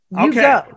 Okay